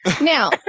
now